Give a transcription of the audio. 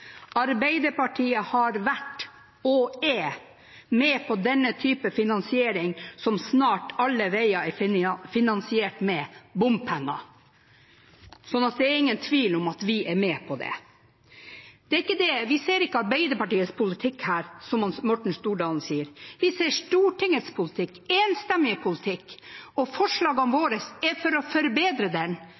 har vært, og er, med på denne type finansiering, som snart alle veier er finansiert med, nemlig bompenger.» Det er ingen tvil om at vi er med på det. Vi ser ikke Arbeiderpartiets politikk her, som Morten Stordalen sier. Vi ser Stortingets politikk, en enstemmig politikk, og forslagene våre er for å forbedre den